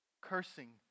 cursing